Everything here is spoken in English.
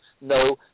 no